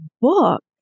book